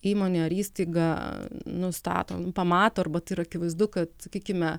įmonė ar įstaiga nustato pamato arba tai yra akivaizdu kad sakykime